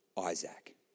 Isaac